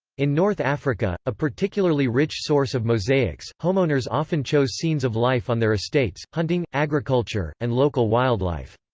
in north africa, a particularly rich source of mosaics, homeowners often chose scenes of life on their estates, hunting, agriculture, and local wildlife.